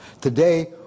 Today